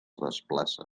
desplacen